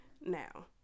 Now